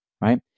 right